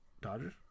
Dodgers